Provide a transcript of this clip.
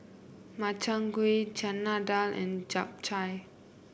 Makchang Gui Chana Dal and Japchae